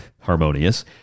harmonious